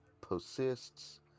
persists